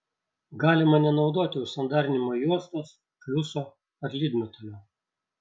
galima nenaudoti užsandarinimo juostos fliuso ar lydmetalio